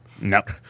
Nope